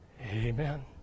Amen